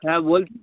হ্যাঁ বল